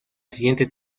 siguiente